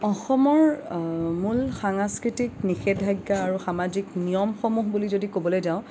অসমৰ মূল সাংস্কৃতিক নিষেধাজ্ঞা আৰু সামাজিক নিয়মসমূহ বুলি যদি ক'বলৈ যাওঁ